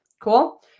Cool